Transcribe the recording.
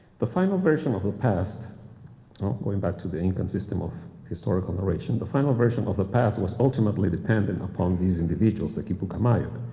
the final version of the past going back to the incan system of historical narration the final version of the past was ultimately dependent upon these individuals, the quipucamayo.